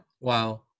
Wow